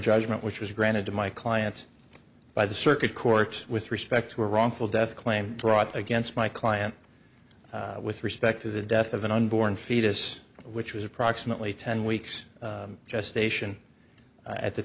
judgment which was granted to my clients by the circuit courts with respect to iran for death claim fraud against my client with respect to the death of an unborn fetus which was approximately ten weeks gestation at the